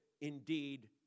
indeed